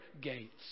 gates